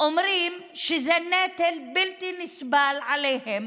אומרים שזה נטל בלתי נסבל עליהם,